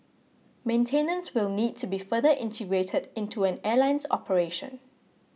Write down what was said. maintenance will need to be further integrated into an airline's operation